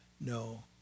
no